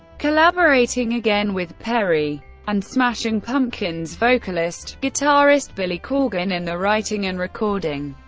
collaborating again with perry and smashing pumpkins vocalist guitarist billy corgan in the writing and recording.